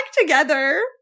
together